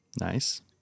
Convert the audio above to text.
Nice